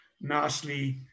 nicely